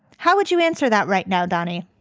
how would you answer that right now, danny?